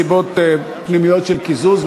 מסיבות פנימיות של קיזוז,